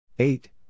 Eight